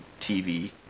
TV